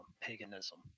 paganism